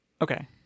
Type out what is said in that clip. okay